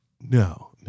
No